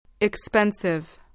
Expensive